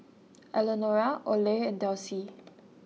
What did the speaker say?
Elenora Oley and Delcie